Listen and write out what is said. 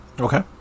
Okay